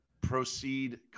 proceed